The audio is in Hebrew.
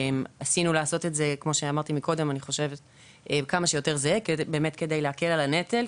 עשינו לעשות את זה כמה שיותר זהה כדי להקל על הנטל,